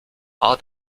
art